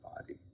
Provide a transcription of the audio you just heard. body